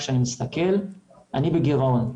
כשאני מסתכל - אני בגירעון.